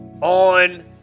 on